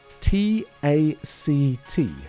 T-A-C-T